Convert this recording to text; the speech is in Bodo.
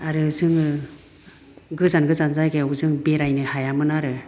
आरो जोङो गोजान गोजान जायगायाव जों बेरायनो हायामोन आरो